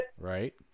right